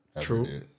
True